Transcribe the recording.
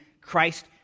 Christ